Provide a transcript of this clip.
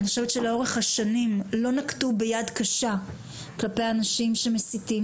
אני חושבת שלאורך השנים לא נקטו ביד קשה כלפי אנשים שמסיתים,